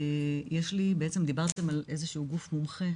אני בעצם מנהלת היחידה של,